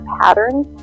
patterns